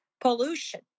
pollution